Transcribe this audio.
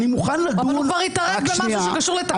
אבל הוא כבר התערב במשהו שקשור לתפקיד.